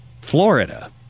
Florida